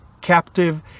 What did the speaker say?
captive